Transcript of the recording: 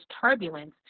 turbulence